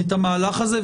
המהלך הזה,